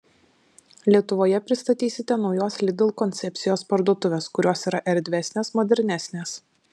lietuvoje pristatysite naujos lidl koncepcijos parduotuves kurios yra erdvesnės modernesnės